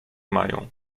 mają